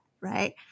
Right